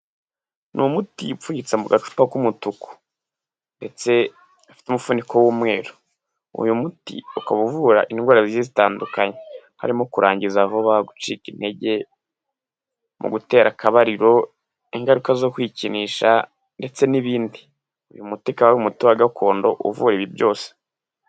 Ni umuti upfunyitse mu gacupa k'umutuku ndetse gafite umufuniko w'umweru, uyu muti ukaba uvura indwara zigiye zitandukanye, harimo kurangiza vuba, gucika intege mu gutera akabariro, ingaruka zo kwikinisha ndetse n'ibindi, uyu muti ukaba ari umuti wa gakondo uvura ibi byose.